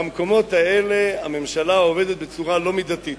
במקומות האלה הממשלה עובדת בצורה לא מידתית.